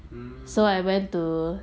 mm